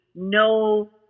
no